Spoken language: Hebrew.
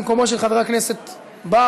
במקומו של חבר הכנסת בר,